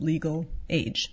legal age